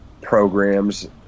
programs